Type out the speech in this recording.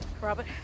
Robert